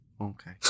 okay